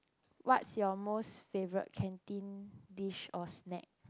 what's your most favourite canteen dish or snack